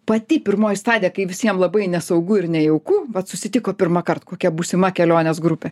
pati pirmoji stadija kai visiem labai nesaugu ir nejauku vat susitiko pirmąkart kokia būsima kelionės grupė